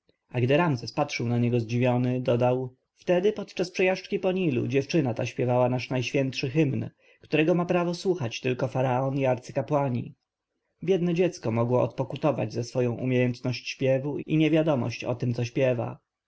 a gdy ramzes patrzył na niego zdziwiony dodał wtedy podczas przejażdżki na nilu dziewczyna ta śpiewała nasz najświętszy hymn którego ma prawo słuchać tylko faraon i arcykapłani biedne dziecko mogło ciężko odpokutować za swoją umiejętność śpiewu i niewiadomość o tem co śpiewa